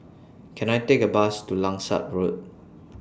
Can I Take A Bus to Langsat Road